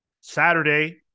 Saturday